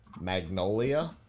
Magnolia